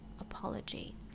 apology